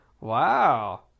wow